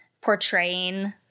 portraying